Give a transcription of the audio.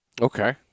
Okay